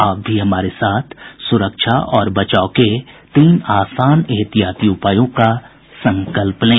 आप भी हमारे साथ सुरक्षा और बचाव के तीन आसान एहतियाती उपायों का संकल्प लें